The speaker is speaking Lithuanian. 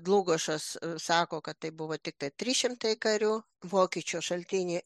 dlugošas sako kad tai buvo tiktai trys šimtai karių vokiečių šaltiniai